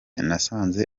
nasanze